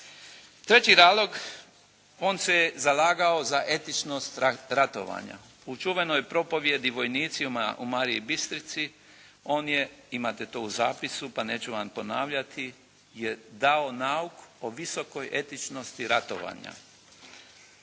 Treći nalog, on se je zalagao za etičnog ratovanja. U čuvenoj propovjedi vojnicima u Mariji Bistrici on je, imate to u zapisu pa neću vam ponavljati, je dao nauk o visokoj etičnosti ratovanja.